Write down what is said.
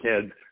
kids